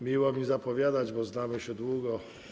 Miło mi zapowiadać, bo znamy się długo.